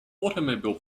automobile